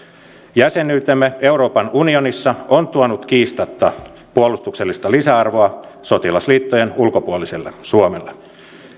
jäsenyytemme euroopan unionissa on tuonut kiistatta puolustuksellista lisäarvoa sotilasliittojen ulkopuoliselle suomelle